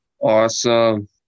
Awesome